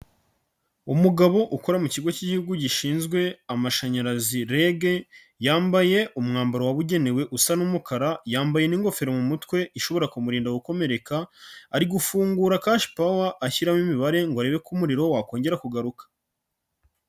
Umugabo ukora mu kigo cy'Igihugu gishinzwe amashanyarazi REG, yambaye umwambaro wabugenewe usa n'umukara, yambaye n'ingofero mu mutwe ishobora kumurinda gukomereka, ari gufungura kashi pawa ashyiramo imibare ngo arebe ko umuriro wakongera kugaruka.